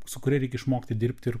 su kuria reikia išmokti dirbti ir